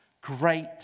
great